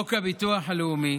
חוק הביטוח הלאומי